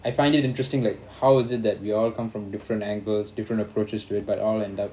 I find it interesting like how is it that we all come from different angles different approaches to it but all end up